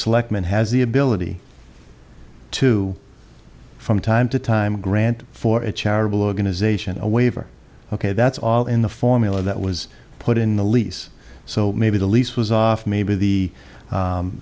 selectmen has the ability to from time to time a grant for a charitable organization a waiver ok that's all in the formula that was put in the lease so maybe the lease was off maybe the